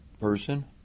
person